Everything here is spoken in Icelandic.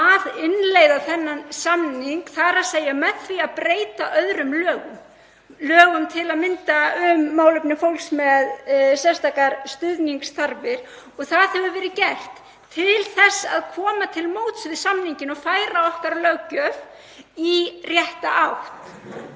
að innleiða þennan samning, þ.e. með því að breyta öðrum lögum, til að mynda um málefni fólks með sértækar stuðningsþarfir. Það hefur verið gert til að koma til móts við samninginn og færa okkar löggjöf í rétta átt.